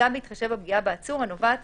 גם בהתחשב בפגיעה בעצור הנובעת